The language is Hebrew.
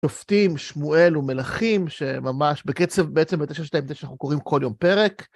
שופטים, שמואל ומלכים, שממש בקצב בעצם בתשע שתיים, בגלל שאנחנו קוראים כל יום פרק.